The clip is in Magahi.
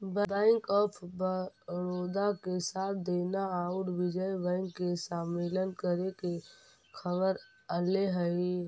बैंक ऑफ बड़ोदा के साथ देना औउर विजय बैंक के समामेलन करे के खबर अले हई